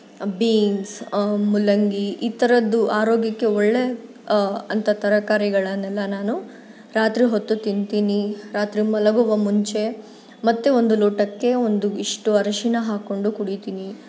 beans ಮೂಲಂಗಿ ಈ ಥರದ್ದು ಆರೋಗ್ಯಕ್ಕೆ ಒಳ್ಳೆಯ ಅಂತ ತರಕಾರಿಗಳನ್ನೆಲ್ಲ ನಾನು ರಾತ್ರಿ ಹೊತ್ತು ತಿಂತೀನಿ ರಾತ್ರಿ ಮಲಗುವ ಮುಂಚೆ ಮತ್ತು ಒಂದು ಲೋಟಕ್ಕೆ ಒಂದು ಇಷ್ಟು ಅರಿಶಿಣ ಹಾಕಿಕೊಂಡು ಕುಡೀತೀನಿ